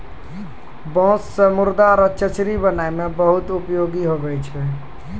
बाँस से मुर्दा रो चचरी बनाय मे बहुत उपयोगी हुवै छै